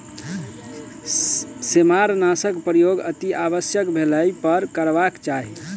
सेमारनाशकक प्रयोग अतिआवश्यक भेलहि पर करबाक चाही